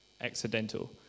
accidental